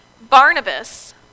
Barnabas